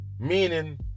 Meaning